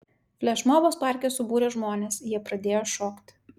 flešmobas parke subūrė žmones jie pradėjo šokti